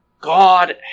God